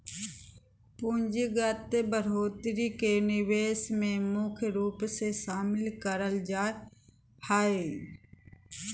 पूंजीगत बढ़ोत्तरी के निवेश मे मुख्य रूप से शामिल करल जा हय